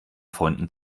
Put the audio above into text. freunden